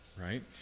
right